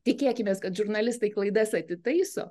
tikėkimės kad žurnalistai klaidas atitaiso